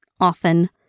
often